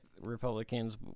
Republicans